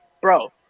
bro